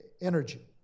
energy